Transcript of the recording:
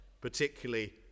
particularly